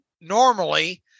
normally